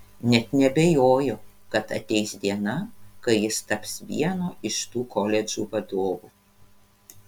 net neabejoju kad ateis diena kai jis taps vieno iš tų koledžų vadovu